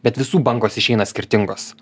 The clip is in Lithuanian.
bet visų bangos išeina skirtingos